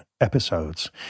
episodes